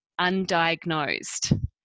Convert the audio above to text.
undiagnosed